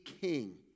king